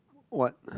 what